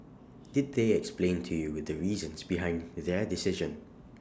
did they explain to you the reasons behind their decision